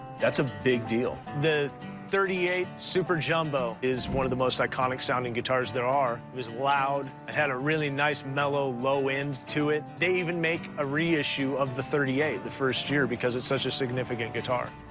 that's a big deal. the thirty eight super jumbo is one of the most iconic sounding guitars there are. it was loud. it had a really nice, mellow low end to it. they even make a reissue of the thirty eight, the first year, because it's such a significant guitar.